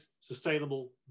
sustainable